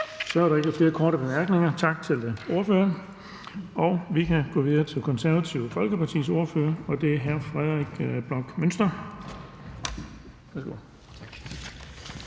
Så er der ikke flere korte bemærkninger. Tak til ordføreren. Vi kan gå videre til Det Konservative Folkepartis ordfører, og det er hr. Frederik Bloch Münster.